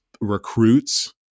recruits